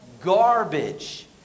garbage